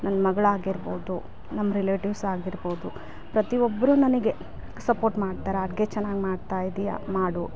ನನ್ನ ಮಗ್ಳಾಗಿರ್ಬೋದು ನಮ್ಮ ರಿಲೇಟಿವ್ಸ್ ಆಗಿರ್ಬೋದು ಪ್ರತಿಯೊಬ್ಬರು ನನಗೆ ಸಪೋರ್ಟ್ ಮಾಡ್ತಾರೆ ಅಡ್ಗೆ ಚೆನ್ನಾಗಿ ಮಾಡ್ತಾಯಿದ್ದೀಯ ಮಾಡು